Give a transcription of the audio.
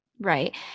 Right